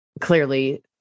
clearly